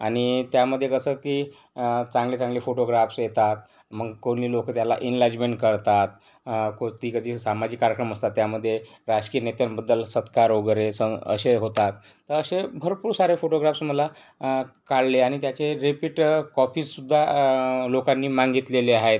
आणि त्यामध्ये कसं की चांगले चांगले फोटोग्राफ्स येतात मग कोणी लोकं त्याला इन्लाजमेंट करतात कुठे कधी सामाजिक कार्यक्रम असतात त्यामध्ये राजकीय नेत्यांबद्दल सत्कार वगैरे सं असे होतात तर असे भरपूर सारे फोटोग्राफ्स मला काढले आणि त्याचे रेपीट कॉपीजसुद्धा लोकांनी मागितलेले आहेत